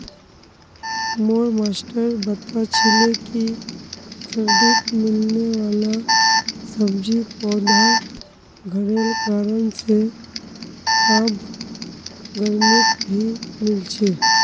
मोर मास्टर बता छीले कि सर्दित मिलने वाला सब्जि पौधा घरेर कारण से आब गर्मित भी मिल छे